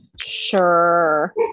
Sure